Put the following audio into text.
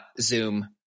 Zoom